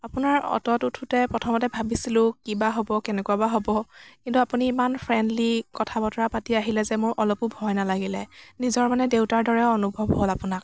আপোনাৰ অ'টত উঠোতে প্ৰথমতে ভাবিছিলোঁ কি বা হ'ব কেনেকুৱা বা হ'ব কিন্তু আপুনি ইমান ফ্ৰেণ্ডলি কথা বতৰা পাতি আহিলে যে মোৰ অলপো ভয় নালাগিলে নিজৰ মানে দেউতাৰ দৰে অনুভৱ হ'ল আপোনাক